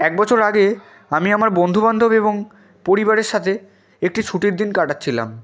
এক বছর আগে আমি আমার বন্ধু বান্ধব এবং পরিবারের সাতে একটি ছুটির দিন কাটাচ্ছিলাম